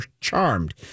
Charmed